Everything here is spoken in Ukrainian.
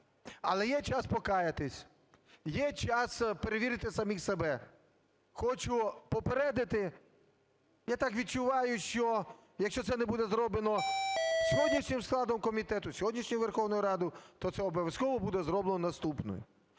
але є час покаятися, є час перевірити самих себе. Хочу попередити, я так відчуваю, якщо це не буде зроблено сьогоднішнім складом комітету, сьогоднішньою Верховною Радою, то це обов'язково буде зроблено наступною.